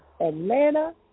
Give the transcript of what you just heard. atlanta